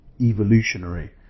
evolutionary